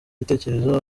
gitekerezo